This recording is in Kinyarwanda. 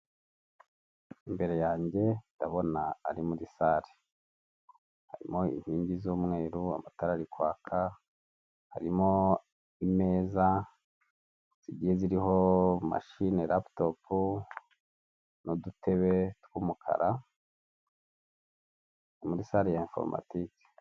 Imbere yanjye ndabona ari muri sare, harimo inkingi z'umweru, amatara ari kwaka, harimo imeza zigiye ziriho mashine raputopu, n'udutebe tw'umukara, ni muri sare ya forumatike.